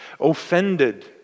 offended